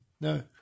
no